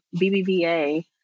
BBVA